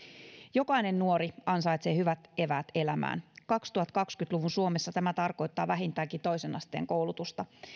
jokainen nuori ansaitsee hyvät eväät elämään kaksituhattakaksikymmentä luvun suomessa tämä tarkoittaa vähintäänkin toisen asteen koulutusta